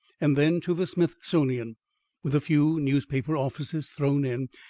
and then to the smithsonian with a few newspaper offices thrown in,